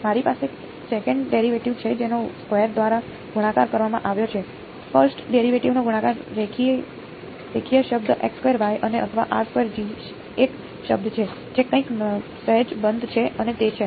મારી પાસે second derivative છે જેનો સ્ક્વેર દ્વારા ગુણાકાર કરવામાં આવ્યો છે ફર્સ્ટ ડેરિવેટિવ નો ગુણાકાર રેખીય શબ્દ અને અથવા એક શબ્દ છે જે કંઈક સહેજ બંધ છે અને તે છે